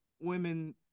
women